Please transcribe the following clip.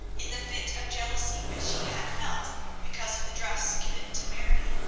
in the fit of jealousy which she had felt because of the dress given to mary,